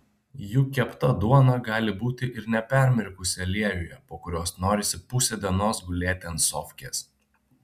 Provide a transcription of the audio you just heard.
juk kepta duona gali būti ir nepermirkusi aliejuje po kurios norisi pusę dienos gulėti ant sofkės